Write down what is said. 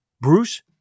Bruce